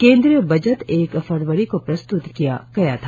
केंद्रीय बजट एक फरवरी को प्रस्त्त किया गया था